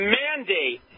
mandate